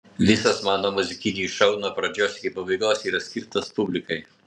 visas mano muzikinis šou nuo pradžios iki pabaigos yra skirtas publikai